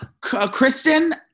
Kristen